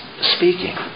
speaking